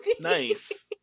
Nice